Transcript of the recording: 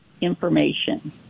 information